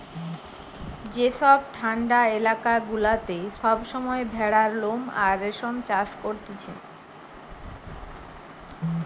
যেসব ঠান্ডা এলাকা গুলাতে সব সময় ভেড়ার লোম আর রেশম চাষ করতিছে